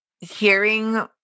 Hearing